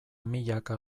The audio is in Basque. milaka